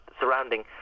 surrounding